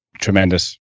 tremendous